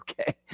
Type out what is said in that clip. Okay